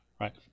right